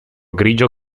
grigio